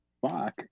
fuck